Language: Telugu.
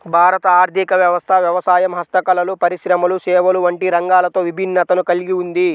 భారత ఆర్ధిక వ్యవస్థ వ్యవసాయం, హస్తకళలు, పరిశ్రమలు, సేవలు వంటి రంగాలతో విభిన్నతను కల్గి ఉంది